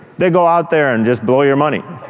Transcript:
they go out there and just blow your money.